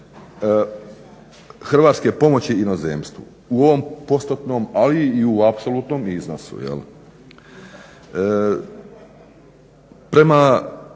hrvatske pomoći inozemstvu u ovom postotnom, ali i u apsolutnom iznosu. Prema